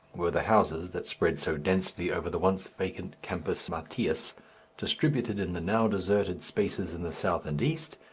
were the houses that spread so densely over the once vacant campus martius distributed in the now deserted spaces in the south and east,